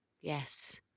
Yes